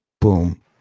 Boom